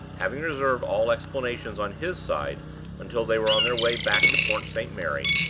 having reserved all explanations on his side until they were on their way back to port st. mary,